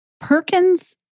Perkin's